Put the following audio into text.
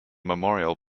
memorial